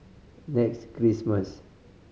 next Christmas